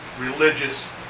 religious